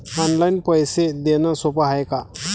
Online पैसे देण सोप हाय का?